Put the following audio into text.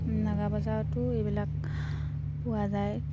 নাগাবজাৰতো এইবিলাক পোৱা যায়